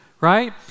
right